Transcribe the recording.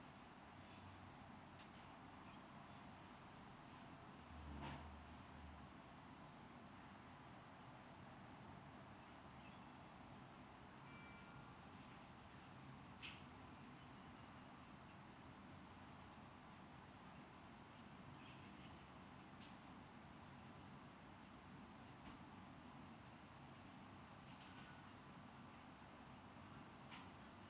uh uh